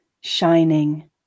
shining